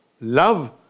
love